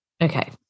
Okay